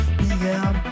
bm